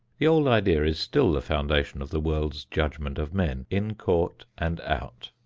the old idea is still the foundation of the world's judgment of men, in court and out.